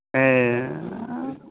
ए